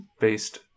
based